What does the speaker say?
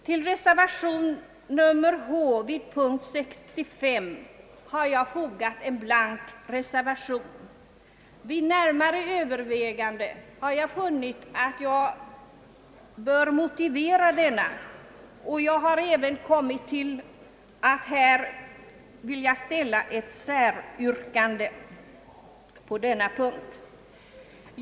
Vid punkt 65 har jag fogat en blank reservation. Vid närmare övervägande har jag funnit att jag bör motivera denna, och jag vill även ställa ett säryrkande på denna punkt.